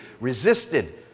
resisted